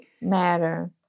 matter